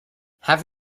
have